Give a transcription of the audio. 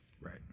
Right